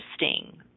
interesting